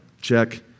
Check